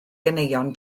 ganeuon